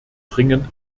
dringend